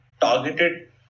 targeted